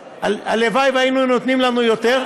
והלוואי שהיו נותנים לנו יותר,